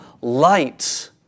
light